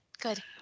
good